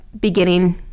beginning